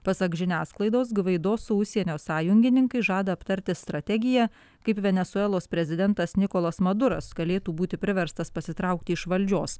pasak žiniasklaidos gvaido su užsienio sąjungininkais žada aptarti strategiją kaip venesuelos prezidentas nikolas mazuras galėtų būti priverstas pasitraukti iš valdžios